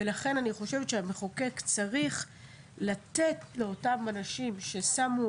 ולכן אני חושבת שהמחוקק צריך לתת לאותם אנשים ששמו,